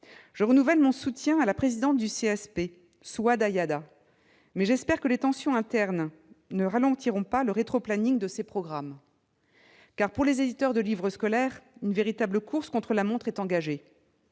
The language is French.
Je renouvelle mon soutien à la présidente du CSP, Souâd Ayada, mais j'espère que les tensions internes ne ralentiront pas le rétroplanning de ces programmes. Car, pour les éditeurs de livres scolaires, une véritable course contre la montre est engagée.